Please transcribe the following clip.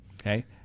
Okay